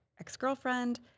ex-girlfriend